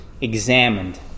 examined